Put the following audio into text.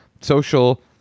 Social